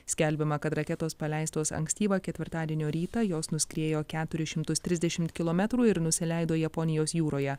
skelbiama kad raketos paleistos ankstyvą ketvirtadienio rytą jos nuskriejo keturis šimtus trisdešim kilometrų ir nusileido japonijos jūroje